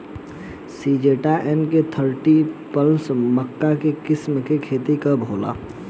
Syngenta NK thirty plus मक्का के किस्म के खेती कब होला?